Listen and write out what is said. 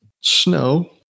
Snow